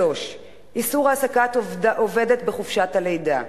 3. איסור העסקת עובדת בחופשת הלידה,